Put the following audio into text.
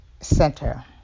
Center